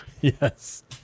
Yes